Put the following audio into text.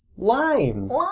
Limes